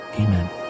Amen